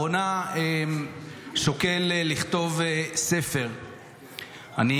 שמה שתקת --- חבר הכנסת